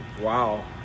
wow